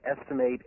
estimate